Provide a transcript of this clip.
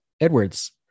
Edwards